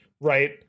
right